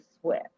switch